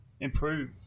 improve